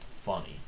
funny